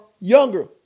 younger